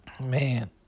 Man